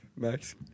Max